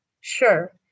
Sure